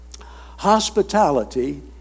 Hospitality